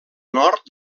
nord